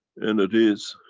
and that is.